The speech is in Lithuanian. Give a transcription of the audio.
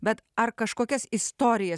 bet ar kažkokias istorijas